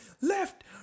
left